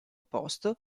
posto